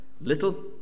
little